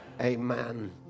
amen